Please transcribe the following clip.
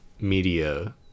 media